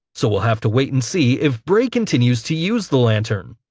so we'll have to wait and see if bray continues to use the lantern.